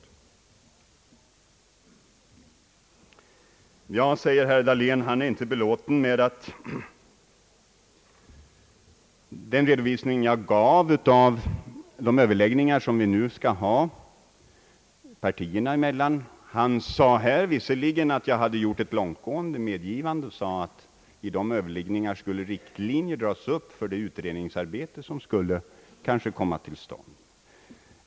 Herr Dahlén är inte belåten med den redovisning jag gav av de överläggningar vi skall föra partierna emellan. Han sade visserligen att jag hade gjort ett långtgående medgivande då jag nämnde att riktlinjer skulle dras upp för det utredningsarbete som kanske skulle komma till stånd genom dessa överläggningar.